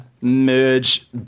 merge